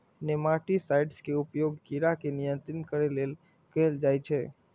nematicides के उपयोग कीड़ा के नियंत्रित करै लेल कैल जाइ छै